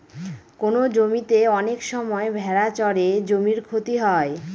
কোনো জমিতে অনেক সময় ভেড়া চড়ে জমির ক্ষতি হয়